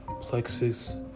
plexus